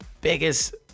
biggest